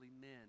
men